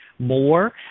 more